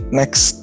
next